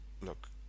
look